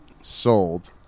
Sold